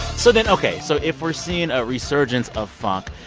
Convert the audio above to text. so then ok. so if we're seeing a resurgence of funk,